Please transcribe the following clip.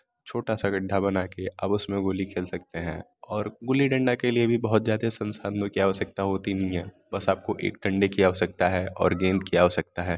छोटा सा गड्ढा बनाकर आप उसमें गोली खेल सकते हैं और गुल्ली डंडा के लिए बहुत ज़्यादा संसाधनों की आवश्यकता होती नहीं है बस आपको एक डंडे की आवश्यकता है और गेंद की आवश्यकता है